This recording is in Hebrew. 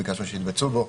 שביקשנו שיתבצעו בו.